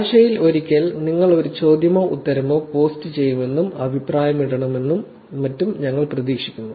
ആഴ്ചയിൽ ഒരിക്കൽ നിങ്ങൾ ഒരു ചോദ്യമോ ഉത്തരമോ പോസ്റ്റുചെയ്യുമെന്നും അഭിപ്രായമിടണമെന്നും മറ്റും ഞങ്ങൾ പ്രതീക്ഷിക്കുന്നു